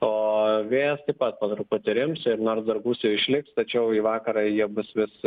o vėjas taip pat po truputį rims ir nors dar gūsiai išliks tačiau į vakarą jie bus vis